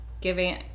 giving